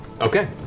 Okay